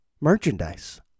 merchandise